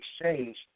Exchange